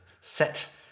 set